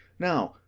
now,